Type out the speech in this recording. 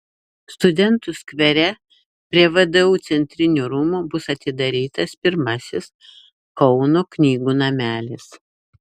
studentų skvere prie vdu centrinių rūmų bus atidarytas pirmasis kauno knygų namelis